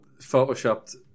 photoshopped